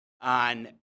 on